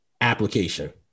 application